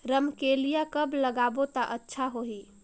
रमकेलिया कब लगाबो ता अच्छा होही?